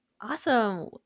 awesome